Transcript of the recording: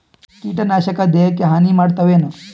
ಕೀಟನಾಶಕ ದೇಹಕ್ಕ ಹಾನಿ ಮಾಡತವೇನು?